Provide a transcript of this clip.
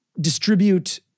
distribute